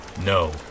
no